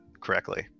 correctly